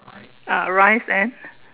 ah rice and